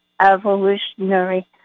evolutionary